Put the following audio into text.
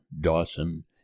Dawson